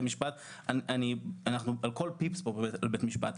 משפט על כל פיפס אנחנו מגיעים לבית משפט.